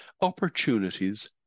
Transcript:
opportunities